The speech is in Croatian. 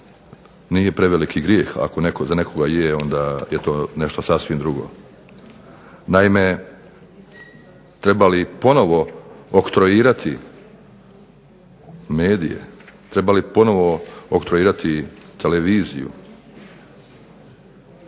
nije preveliki grijeh, ako za nekoga je, onda je to nešto sasvim drugo. Naime treba li ponovo oktroirati medije, treba li ponovo oktroirati televiziju?